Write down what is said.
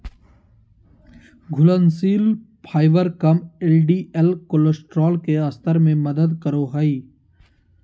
घुलनशील फाइबर कम LDL cholesterol के स्तर में मदद करो हइ